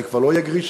זה כבר לא יהיה גרישה,